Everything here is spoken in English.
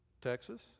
Texas